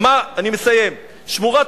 נא לסיים.